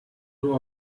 nur